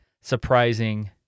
surprising